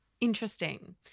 Interesting